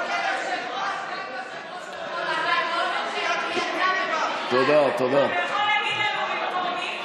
היושב-ראש, אתה יכול לומר לנו במקום מי?